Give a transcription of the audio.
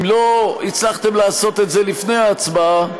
אם לא הצלחתם לעשות את זה לפני ההצעה,